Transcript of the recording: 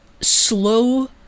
slow